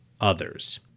others